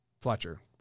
Fletcher